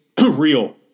real